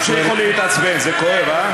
תמשיכו להתעצבן, זה כואב, הא?